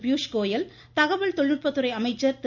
பியூஷ் கோயல் தகவல் தொழில்நுட்ப துறை அமைச்சர் திரு